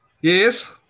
Yes